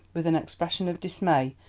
with an expression of dismay,